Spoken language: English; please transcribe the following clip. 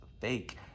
fake